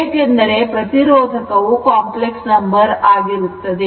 ಏಕೆಂದರೆ ಪ್ರತಿರೋಧಕವು complex number ಆಗಿರುತ್ತದೆ